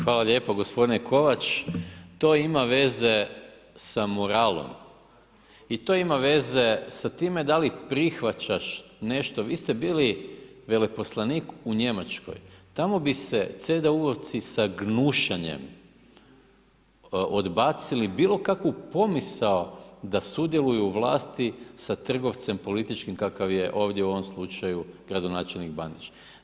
Hvala lijepo gospodine Kovač, to ima veze sa moralom i to ima veze sa time da li prihvaćaš nešto, vi ste bili veleposlanik u Njemačkoj tamo bi se CDU-ovci sa gnušanjem odbacili bilo kakvu pomisao da sudjeluju u vlasti sa trgovcem kakav je ovdje u ovom slučaju gradonačelnik Bandić.